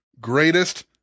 Greatest